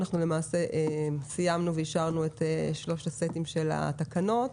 אנחנו למעשה סיימנו ואישרנו את שלושת הסטים של התקנות.